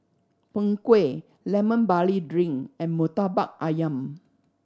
Png Kueh Lemon Barley Drink and Murtabak Ayam